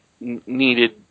needed